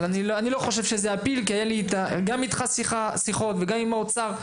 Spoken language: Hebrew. אבל אני לא חושב שזה הפיל כי היה לי גם איתך שיחות וגם עם האוצר.